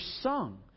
sung